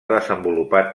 desenvolupat